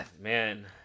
man